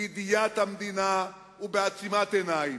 בידיעת המדינה ובעצימת עיניים,